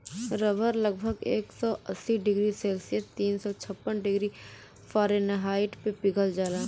रबड़ लगभग एक सौ अस्सी डिग्री सेल्सियस तीन सौ छप्पन डिग्री फारेनहाइट पे पिघल जाला